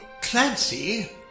Clancy